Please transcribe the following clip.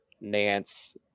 Nance